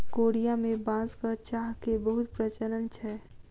Korea में बांसक चाह के बहुत प्रचलन छै